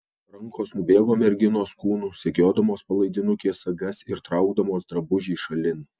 rankos nubėgo merginos kūnu segiodamos palaidinukės sagas ir traukdamos drabužį šalin